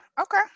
okay